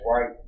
right